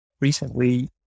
recently